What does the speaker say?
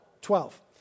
Twelve